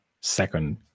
second